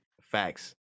Facts